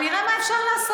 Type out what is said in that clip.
נגמרה ההערה.